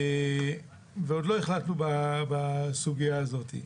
ועוד לא החלטנו בסוגייה הזאת.